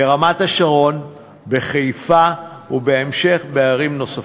ברמת-השרון, בחיפה ובהמשך בערים נוספות.